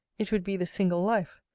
it would be the single life.